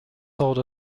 older